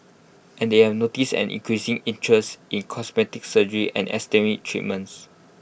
and they have noticed an increasing interest in cosmetic surgery and aesthetic treatments